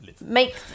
make